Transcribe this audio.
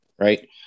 right